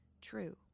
true